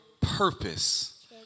purpose